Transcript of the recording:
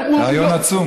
רעיון עצום.